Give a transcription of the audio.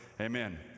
Amen